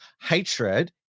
hatred